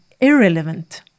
irrelevant